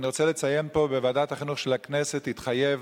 ואני רוצה לציין פה שבוועדת החינוך של הכנסת התחייב